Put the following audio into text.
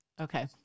Okay